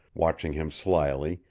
watching him slyly,